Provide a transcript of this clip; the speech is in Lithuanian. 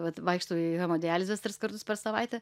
vat vaikštau į hemodializes tris kartus per savaitę